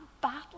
battle